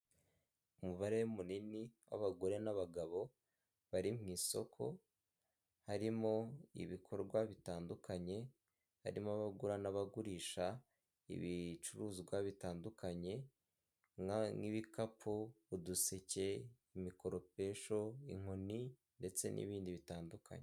Umubare munini w'abagore n'abagabo bari mu isoko harimo ibikorwa bitandukanye harimo abagura n'abagurisha ibicuruzwa bitandukanye nk'ibikapu, uduseke, imikoropesho, inkoni ndetse n'ibindi bitandukanye.